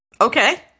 Okay